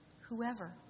Whoever